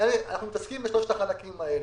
אנחנו מתעסקים בשלושת החלקים האלה.